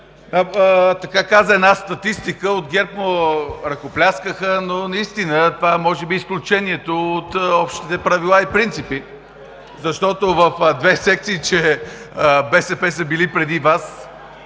той каза една статистика, от ГЕРБ му ръкопляскаха, но наистина това е може би изключението от общите правила и принципи, защото в две секции БСП са били преди Вас.